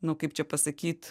nu kaip čia pasakyt